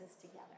together